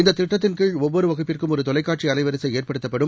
இந்த திட்டத்தின் கீழ் ஒவ்வொரு வகுப்பிற்கும் ஒரு தொலைக்காட்சி அலைவரிசை ஏற்படுத்தப்படும்